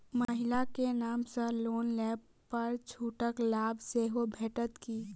महिला केँ नाम सँ लोन लेबऽ पर छुटक लाभ सेहो भेटत की?